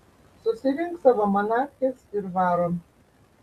susirink savo manatkes ir varom